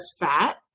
fat